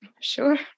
Sure